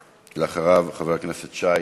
ואחריו, חבר הכנסת שי.